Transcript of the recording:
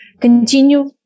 continue